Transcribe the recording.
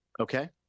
Okay